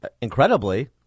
incredibly